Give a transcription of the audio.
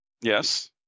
Yes